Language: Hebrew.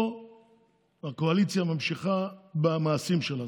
פה הקואליציה ממשיכה במעשים שלה.